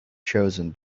chosen